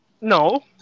No